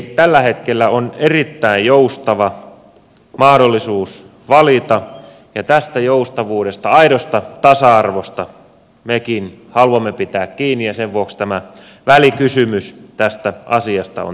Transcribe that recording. tällä hetkellä on erittäin joustava mahdollisuus valita ja tästä joustavuudesta aidosta tasa arvosta mekin haluamme pitää kiinni ja sen vuoksi tämä välikysymys tästä asiasta on tehty